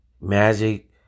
Magic